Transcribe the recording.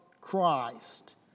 Christ